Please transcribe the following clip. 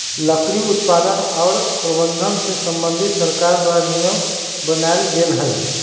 लकड़ी उत्पादन आऽ प्रबंधन से संबंधित सरकार द्वारा नियम बनाएल गेल हइ